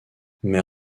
mais